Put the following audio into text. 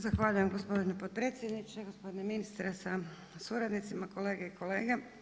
Zahvaljujem gospodine potpredsjedniče, gospodine ministre sa suradnicima, kolegice i kolege.